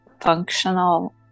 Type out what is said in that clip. functional